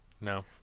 No